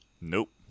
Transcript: Nope